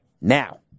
Now